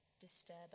Disturb